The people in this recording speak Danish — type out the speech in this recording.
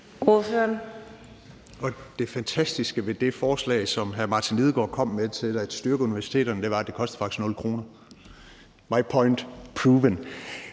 Det fantastiske ved det forslag, som hr. Martin Lidegaard kom med, til at styrke universiteterne var, at det faktisk koster 0 kr. – my point proven.